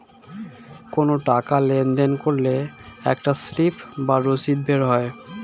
কোনো টাকা লেনদেন করলে একটা স্লিপ বা রসিদ বেরোয়